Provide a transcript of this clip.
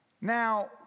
Now